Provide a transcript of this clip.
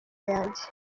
yanjye